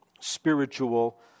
spiritual